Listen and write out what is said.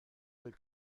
del